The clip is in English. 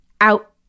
out